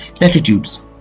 Latitudes